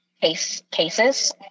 cases